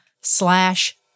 slash